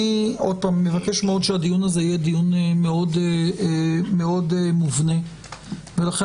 אני מבקש מאוד שהדיון הזה יהיה מאוד מובנה ולכן